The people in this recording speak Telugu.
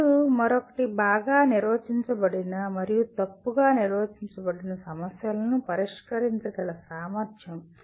అప్పుడు మరొకటి బాగా నిర్వచించబడిన మరియు తప్పుగా నిర్వచించబడిన సమస్యలను పరిష్కరించగల సామర్థ్యం